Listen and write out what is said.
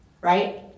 Right